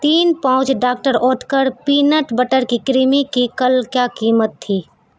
تین پاؤچ ڈاکٹر اوتکر پینٹ بٹر کی کریمی کی کل کیا قیمت تھی